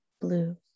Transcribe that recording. blue